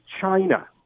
China